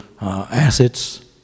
assets